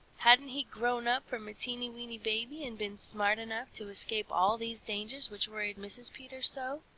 hadn't he grown up from a teeny-weeny baby and been smart enough to escape all these dangers which worried mrs. peter so?